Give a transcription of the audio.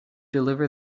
deliver